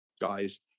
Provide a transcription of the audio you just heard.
guys